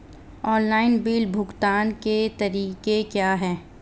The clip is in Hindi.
ऑनलाइन बिल भुगतान के तरीके क्या हैं?